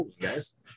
guys